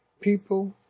people